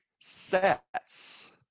sets